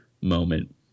moment